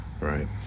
Right